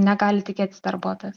negali tikėtis darbuotojas